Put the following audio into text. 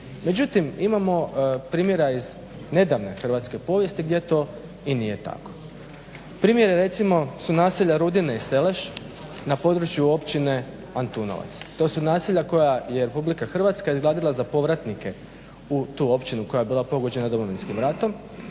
Međutim, imamo primjera iz nedavne hrvatske povijesti gdje to i nije tako. Primjer je recimo su naselja Rudine i Seleš na području općine Antunovac. To su naselja koja je Republika Hrvatska izgradila za povratnike u tu općinu koja je bila pogođena Domovinskim ratom,